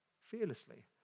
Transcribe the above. fearlessly